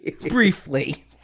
Briefly